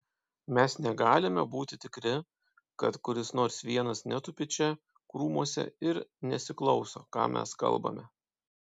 mes negalime būti tikri kad kuris nors vienas netupi čia krūmuose ir nesiklauso ką mes kalbame